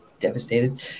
devastated